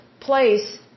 place